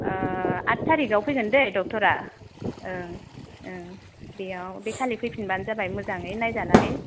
आठ थारिखआव फैगोन दै ड'क्टरआ ओं ओं बेयाव बेखालि फैफिनब्लानो जाबाय मोजाङै नायजानानै